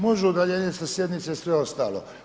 Može udaljenje sa sjednice i sve ostalo.